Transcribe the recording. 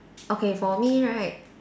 okay for me right